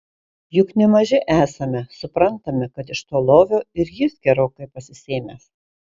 juk ne maži esame suprantame kad iš to lovio ir jis gerokai pasisėmęs